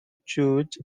choose